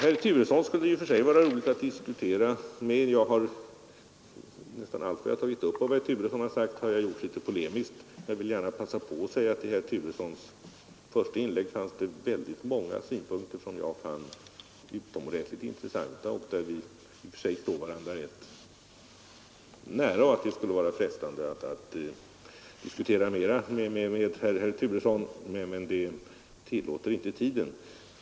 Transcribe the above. Herr Turesson skulle det i och för sig vara roligt att diskutera med. Nästan alla de avsnitt av herr Turessons inlägg som jag tagit upp har jag behandlat polemiskt. Jag vill därför gärna passa på att säga att i herr Turessons första anförande var det väldigt många synpunkter som jag fann utomordentligt intressanta och som jag i långa stycken kan ansluta mig till. Det skulle alltså vara frestande att diskutera mera med herr Turesson, men det tillåter inte tiden.